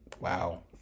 Wow